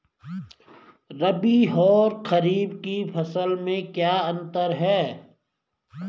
रबी और खरीफ की फसल में क्या अंतर है?